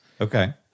Okay